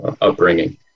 upbringing